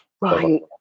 Right